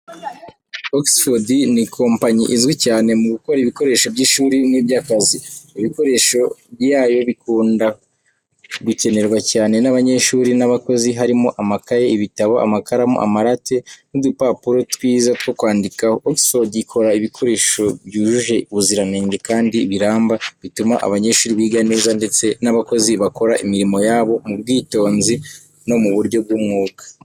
Oxford ni kompanyi izwi cyane mu gukora ibikoresho by’ishuri n’iby’akazi. Ibikoresho byayo bikunda gukenerwa cyane n’abanyeshuri n’abakozi harimo amakayi, ibitabo, amakaramu, amarati, n’udupapuro twiza two kwandikaho. Oxford ikora ibikoresho byujuje ubuziranenge kandi biramba, bituma abanyeshuri biga neza ndetse n’abakozi bakora imirimo yabo mu bwitonzi no mu buryo bw’umwuga.